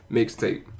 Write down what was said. Mixtape